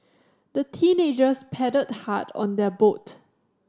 the teenagers paddled hard on their boat